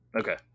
Okay